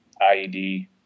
IED